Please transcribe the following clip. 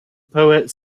poet